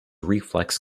reflex